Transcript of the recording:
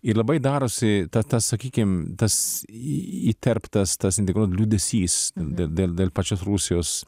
ir labai darosi ta tas sakykim tas įterptas tas liūdesys dėl dėl dėl pačios rusijos